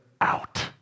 out